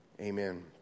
Amen